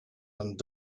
and